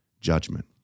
judgment